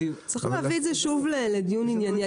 צריך להביא את זה שוב לדיון ענייני.